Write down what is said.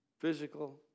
physical